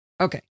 Okay